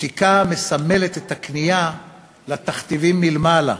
שתיקה המסמלת את הכניעה לתכתיבים מלמעלה,